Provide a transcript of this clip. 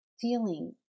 feeling